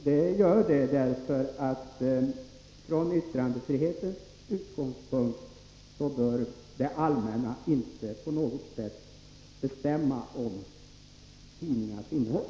Herr talman! Jo, det gör det, ty från yttrandefrihetens utgångspunkt bör det allmänna inte på något sätt bestämma om tidningars innehåll.